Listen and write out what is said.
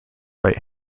right